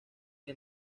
que